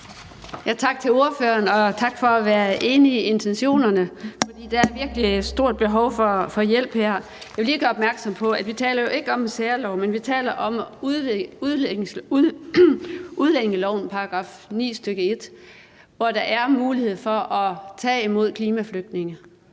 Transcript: Tak til ordføreren for at være enig i intentionerne, for der er virkelig et stort behov for hjælp her. Jeg vil lige gøre opmærksom på, at vi ikke taler om en særlov, men om udlændingelovens § 9, stk. 1, som giver mulighed for at tage imod klimaflygtninge.